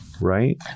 right